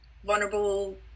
vulnerable